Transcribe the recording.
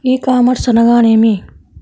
ఈ కామర్స్ అనగానేమి?